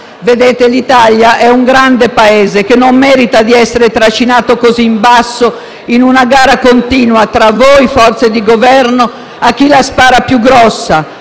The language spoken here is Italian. L'Italia è un grande Paese che non merita di essere trascinato così in basso, in una gara continua tra voi, forze di Governo, a chi la spara più grossa,